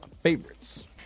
favorites